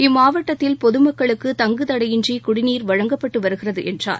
இம்மாவட்டத்தில் பொதுமக்களுக்கு தங்குதடையின்றி குடிநீர் வழங்கப்பட்டு வருகிறது என்றார்